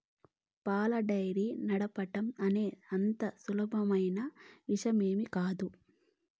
పాల డెయిరీ నడపటం అనేది అంత సులువైన విషయమేమీ కాదు